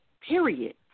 Period